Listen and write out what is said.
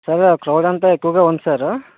sir crowd అంతా ఎక్కువగా ఉంది సారు